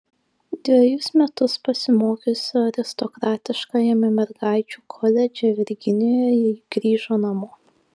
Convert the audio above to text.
dvejus metus pasimokiusi aristokratiškajame mergaičių koledže virginijoje ji grįžo namo